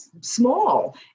Small